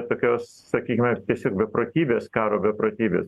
tokios sakykime tiesiog beprotybės karo beprotybė